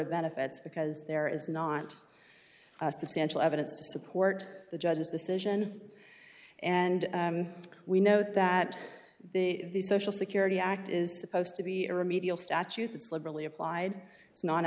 of benefits because there is not substantial evidence to support the judge's decision and we know that the social security act is supposed to be a remedial statute it's liberally applied